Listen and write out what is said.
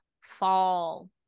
fall